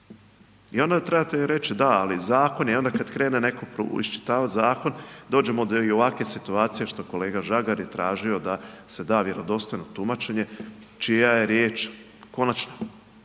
I onda im trebate reći, da ali zakon je. Onda kada krene neko iščitavati zakon dođemo do ovakve situacije što kolega Žagar je tražio da se da vjerodostojno tumačenje čija je riječ konačna